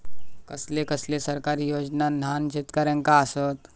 कसले कसले सरकारी योजना न्हान शेतकऱ्यांना आसत?